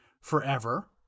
forever